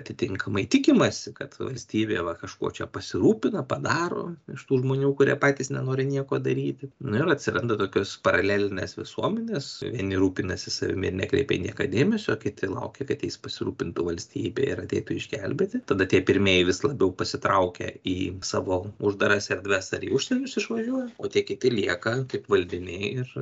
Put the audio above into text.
atitinkamai tikimasi kad valstybė va kažkuo čia pasirūpina padaro iš tų žmonių kurie patys nenori nieko daryti nu ir atsiranda tokios paralelinės visuomenės vieni rūpinasi savimi ir nekreipia į nieką dėmesio kiti laukia kad jais pasirūpintų valstybė ir ateitų išgelbėti tada tie pirmieji vis labiau pasitraukia į savo uždaras erdves ar į užsienius išvažiuoja o tie kiti lieka kaip valdiniai ir